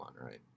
right